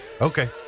Okay